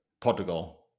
Portugal